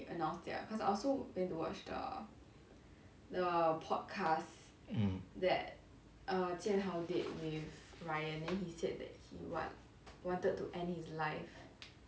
mm